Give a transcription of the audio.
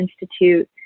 Institute